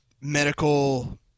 medical